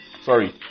sorry